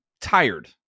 tired